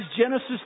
Genesis